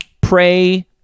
pray